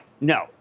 no